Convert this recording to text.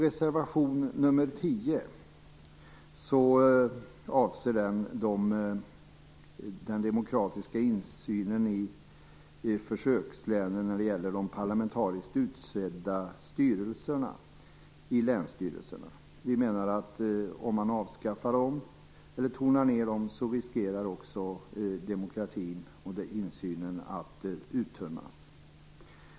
Reservation nr 10 avser den demokratiska insynen i försökslänen när det gäller de parlamentariskt utsedda styrelserna i länsstyrelserna. Om man avskaffar eller tonar ner dessa styrelser riskerar enligt vår mening demokratin och insynen att uttunnas.